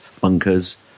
bunkers